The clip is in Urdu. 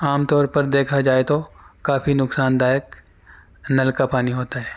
عام طور پر دیکھا جائے تو کافی نقصان دائک نل کا پانی ہوتا ہے